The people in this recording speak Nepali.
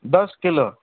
दस किलो